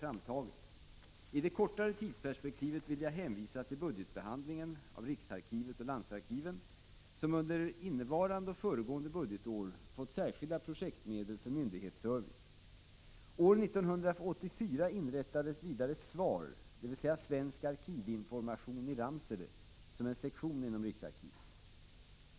När det gäller det kortare tidsperspektivet vill jag hänvisa till att riksarkivet och landsarkiven under budgetbehandlingen för innevarande och föregående budgetår erhållit särskilda projektmedel för myndighetsservice. År 1984 inrättades vidare SVAR, svensk arkivinformation i Ramsele, som en sektion inom riksarkivet.